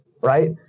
right